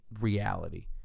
reality